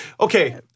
Okay